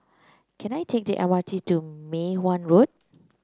can I take the M R T to Mei Hwan Road